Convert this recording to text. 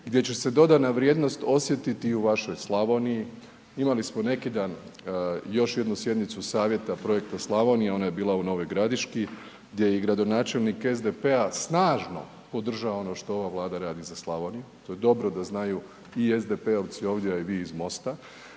gdje će se dodana vrijednost osjetiti i u vašoj Slavoniji. Imali smo neki dan još jednu sjednicu Savjeta Projekta Slavonija, ona je bila u Novoj Gradiški, gdje i gradonačelnik SDP-a snažno podržava ono što ova Vlada radi za Slavoniju, to je dobro da znaju i SDP-ovci ovdje a i vi iz MOST-a,